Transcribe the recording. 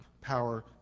power